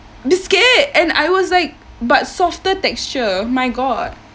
biscuit and I was like but softer texture my god